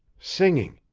singing.